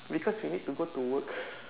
because we need to go to work